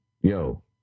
yo